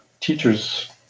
teachers